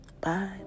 Bye